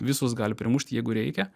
visus gali primušti jeigu reikia